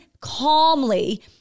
calmly